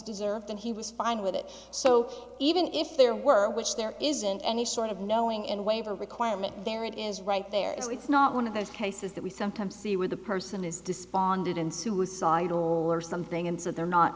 deserved and he was fine with it so even if there were which there isn't any sort of knowing and waiver requirement there it is right there it's not one of those cases that we sometimes see where the person is despondent and suicidal or something and that they're not